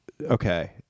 Okay